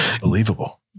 Believable